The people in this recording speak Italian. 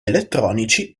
elettronici